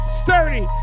sturdy